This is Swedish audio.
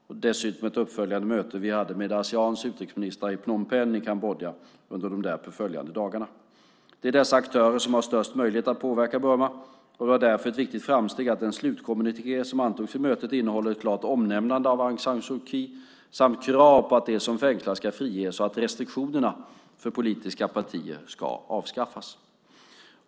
Dessutom hade vi ett uppföljande möte med Aseans utrikesministrar i Phnom Penh i Kambodja under de därpå följande dagarna. Det är dessa aktörer som har störst möjlighet att påverka Burma. Det var därför ett viktigt framsteg att den slutkommuniké som antogs vid mötet innehåller ett klart omnämnande av Aung San Suu Kyi samt krav på att de fängslade friges och på att restriktionerna för politiska partier avskaffas.